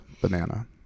banana